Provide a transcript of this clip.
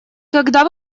когда